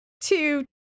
two